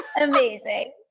Amazing